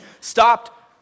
stopped